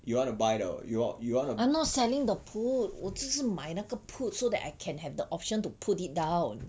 I'm not selling the put 我只是买那个 put so that I can have the option to put it down